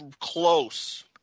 close